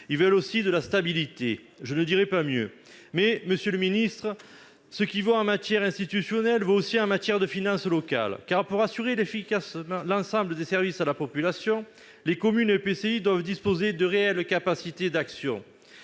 ils veulent aussi de la stabilité. » Je ne dirais pas mieux ! Toutefois, ce qui vaut en matière institutionnelle vaut aussi en matière de finances locales, car, pour assurer efficacement l'ensemble des services à la population, les communes et EPCI doivent disposer de réelles capacités d'action.